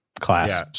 class